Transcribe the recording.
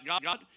God